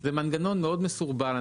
זה מנגנון מסורבל מאוד.